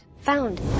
Found